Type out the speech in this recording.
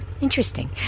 interesting